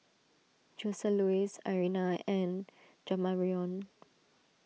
Joseluis Irena and Jamarion